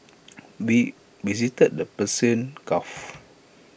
we visited the Persian gulf